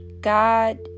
God